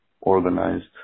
organized